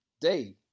day